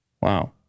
Wow